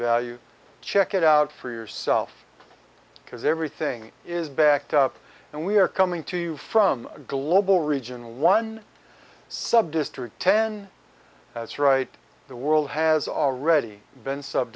value check it out for yourself because everything is backed up and we are coming to you from a global regional one subdistrict ten that's right the world has already been sub